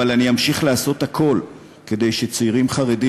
אבל אמשיך לעשות הכול כדי שצעירים חרדים